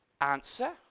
Answer